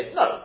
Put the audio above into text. no